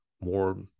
more